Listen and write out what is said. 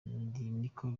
niko